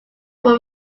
were